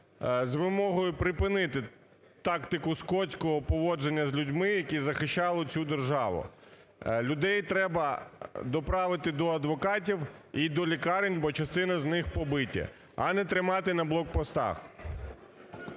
з вимогою припинити тактику скотського поводження із людьми, які захищали цю державу. Людей треба доправити до адвокатів і до лікарень, бо частина з них побиті, а не тримати на блокпостах.